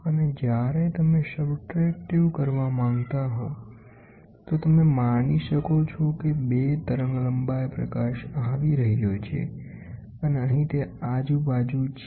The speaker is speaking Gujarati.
અને જ્યારે તમે સબટ્રેક્ટિવ કરવા માંગતા હો તો તમે માની શકો છો કે 2 તરંગલંબાઇ પ્રકાશ આવી રહ્યો છે અને અહીં તે આજુ બાજુ છે